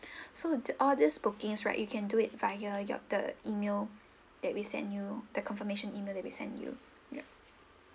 so all these bookings right you can do it via your the email that we send you the confirmation email that we sent you yup